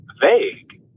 vague